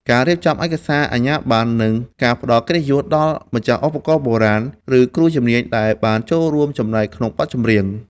ការរៀបចំឯកសារអាជ្ញាប័ណ្ណ និងការផ្ដល់កិត្តិយសដល់ម្ចាស់ឧបករណ៍បុរាណ ឬគ្រូជំនាញដែលបានចូលរួមចំណែកក្នុងបទចម្រៀង។